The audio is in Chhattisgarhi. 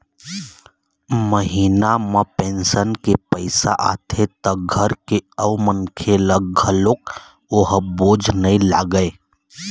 महिना म पेंशन के पइसा आथे त घर के अउ मनखे ल घलोक ओ ह बोझ नइ लागय